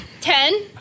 ten